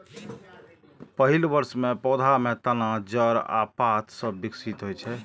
पहिल वर्ष मे पौधा मे तना, जड़ आ पात सभ विकसित होइ छै